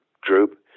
group